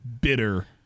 bitter—